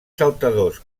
saltadors